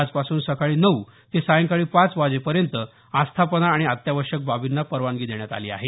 आजपासून सकाळी नऊ ते सायंकाळी पाच वाजेपर्यंत आस्थापना आणि अत्यावश्यक बाबींना परवानगी देण्यात आली आहे